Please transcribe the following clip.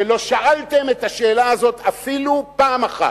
שלא שאלתם את השאלה הזאת אפילו פעם אחת,